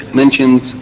mentions